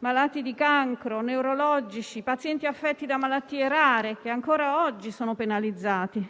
malati di cancro, neurologici, pazienti affetti da malattie rare, che ancora oggi sono penalizzati),